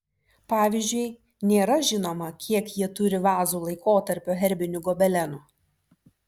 pavyzdžiui nėra žinoma kiek jie turi vazų laikotarpio herbinių gobelenų